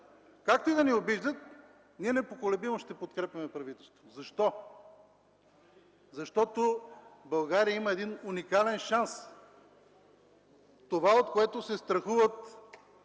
както и да ни обиждат, ние непоколебимо ще подкрепяме правителството. Защо? Защото България има един уникален шанс – това, от което се страхува